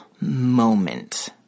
moment